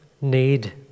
need